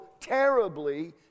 terribly